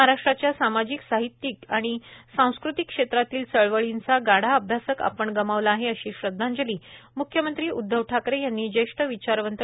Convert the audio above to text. महाराष्ट्राच्या सामाजिक साहित्य आणि सांस्कृतिक क्षेत्रातील चळवळींचा गाढा अभ्यासक आपण गमावला आहे अशी श्रद्धांजली म्ख्यमंत्री उदधव ठाकरे यांनी ज्येष्ठ विचारवंत डॉ